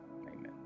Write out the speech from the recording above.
amen